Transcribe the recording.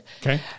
Okay